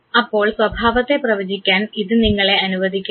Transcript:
അപ്പോൾ സ്വഭാവത്തെ പ്രവചിക്കാൻ ഇത് നിങ്ങളെ അനുവദിക്കുന്നു